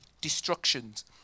destructions